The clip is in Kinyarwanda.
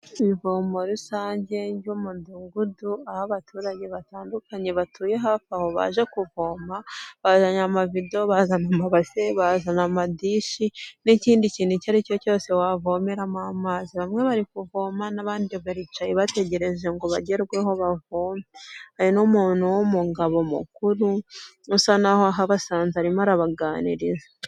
Ivomo rusange ry'umudugudu aho abaturage batandukanye batuye hafi aho baje kuvoma bazanye amavido, bazanye amabase, bazana amadishi, n'ikindi kintu icyo ari cyo cyose wavomera amazi. Bamwe bari kuvoma n'abandi baricaye bategereje ngo bagerweho bavome. Hari n'umuntu w'umugabo mukuru usa n'aho ahabasanze arimo arabaganiriza.